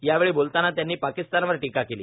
यावेळी बोलताना त्यांनी पाकिस्तानवर टीका केली